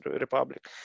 Republic